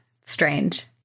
Strange